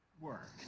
Work